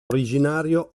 originario